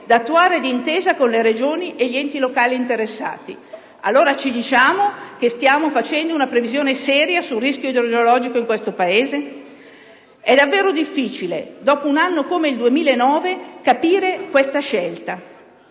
da attuare d'intesa con le Regioni e gli enti locali interessati. Allora, ci diciamo che stiamo facendo una previsione seria sul rischio idrogeologico in questo Paese? È davvero difficile, dopo un anno come il 2009, capire questa scelta.